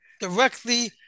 Directly